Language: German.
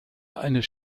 eines